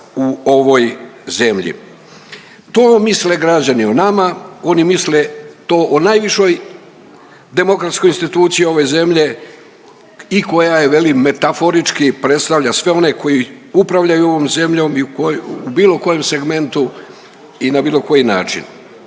u ovoj zemlji. To misle građani o nama, oni misle to o najvišoj demokratskoj instituciji ove zemlje i koja je velim metaforički predstavlja sve one koji upravljaju ovom zemljom i u bilo kojem segmentu i na bilo koji način.